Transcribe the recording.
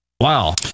Wow